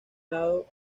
lado